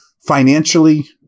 Financially